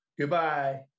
Goodbye